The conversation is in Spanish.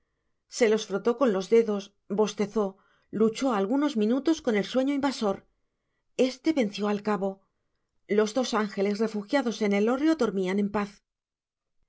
se los frotó con los dedos bostezó luchó algunos minutos con el sueño invasor éste venció al cabo los dos ángeles refugiados en el hórreo dormían en paz